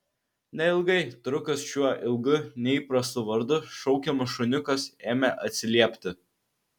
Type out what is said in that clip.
neilgai trukus šiuo ilgu neįprastu vardu šaukiamas šuniukas ėmė atsiliepti